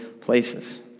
places